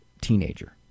teenager